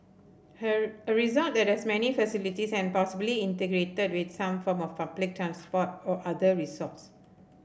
here a resort that has many facilities and possibly integrated with some form of public transport or other resorts